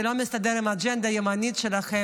זה לא מסתדר עם האג'נדה הימנית שלכם,